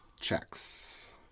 Checks